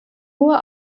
nur